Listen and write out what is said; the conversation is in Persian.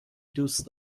دوست